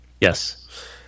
Yes